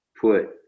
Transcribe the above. put